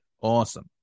Awesome